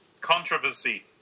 controversy